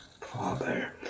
Father